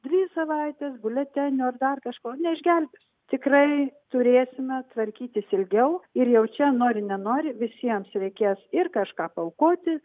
trys savaitės biuletenio ar dar kažko neišgelbės tikrai turėsime tvarkytis ilgiau ir jau čia nori nenori visiems reikės ir kažką paaukoti